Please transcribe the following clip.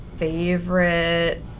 Favorite